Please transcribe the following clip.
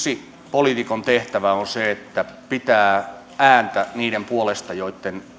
poliitikon yksi tehtävä on se että pitää ääntä niiden puolesta joitten